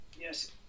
yes